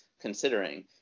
considering